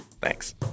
Thanks